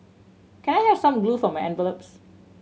can I have some glue for my envelopes